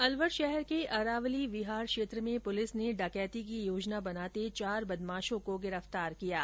अलवर शहर के अरावली विहार क्षेत्र में पुलिस ने डकैती की योजना बनाते हुए चार बदमाशों को गिरफ्तार किया है